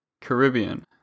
Caribbean